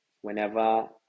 whenever